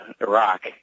Iraq